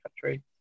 country